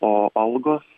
o algos